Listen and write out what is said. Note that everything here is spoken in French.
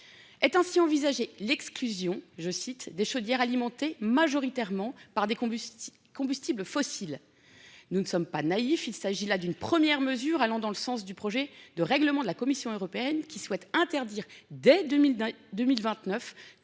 Est ainsi envisagée, l'exclusion je cite des chaudières alimentées majoritairement par des combustibles combustibles fossiles. Nous ne sommes pas naïfs, il s'agit là d'une première mesure allant dans le sens du projet de règlement de la Commission européenne, qui souhaite interdire dès 2002